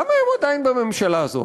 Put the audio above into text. למה הם עדיין בממשלה הזאת?